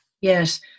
Yes